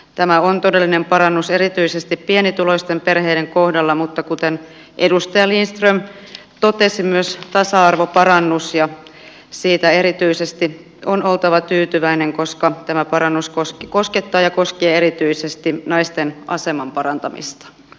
tämä on todellinen parannus erityisesti pienituloisten perheiden kohdalla mutta kuten edustaja lindström totesi myös tasa arvoparannus ja siitä erityisesti on oltava tyytyväinen koska tämä parannus koskettaa ja koskee erityisesti naisten aseman parantamista